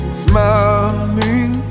smiling